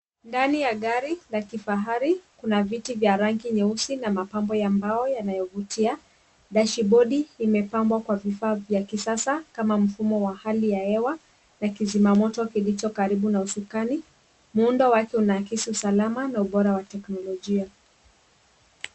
Ndani ya gari la kifahari kuna viti vya rangi nyeusi na mapambo ya mbao yanayovutia. Dashibodi imepambwa kwa vifaa vya kisasa kama mfumo wa hali ya hewa na kizimamoto kilicho karibu na ushukani . Muundo wake unaakisi usalama na ubora wa teknolojia.